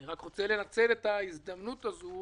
אני רוצה לנצל את ההזדמנות הזאת